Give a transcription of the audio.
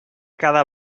cada